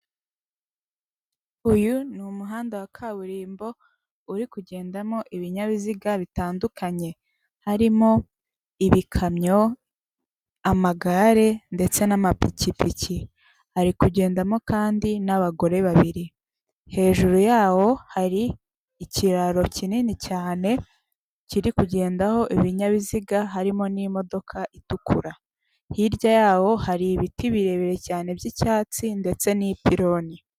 Uyu ni umuhanda wa kaburimbo uri kugendamo ibinyabiziga bitandukanye harimo ibikamyo, amagare ndetse n'amapikipiki hari kugendamo kandi n'abagore babiri, hejuru yawo hari ikiraro kinini cyane kiri kugendaho ibinyabiziga harimo n'imodoka itukura, hirya yawo hari ibiti birebire cyane by'icyatsi ndetse n'ipiloni.